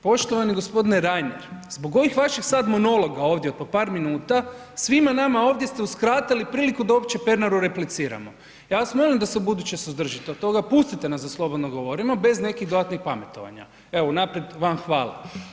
Poštovani g. Reiner, zbog ovih vaših sad monologa ovdje od po par minuta, svima nama ovdje ste uskratili priliku da uopće Pernaru repliciramo, ja vas molim da se ubuduće suzdržite od toga, pustite nas da slobodno govorimo bez nekih dodatnih pametovanja, evo unaprijed vam hvala.